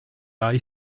eye